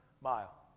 mile